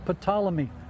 Ptolemy